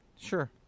Sure